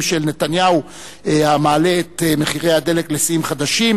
של נתניהו המעלה את מחירי הדלק לשיאים חדשים,